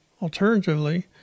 Alternatively